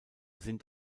sind